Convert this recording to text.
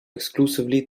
exclusively